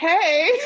Hey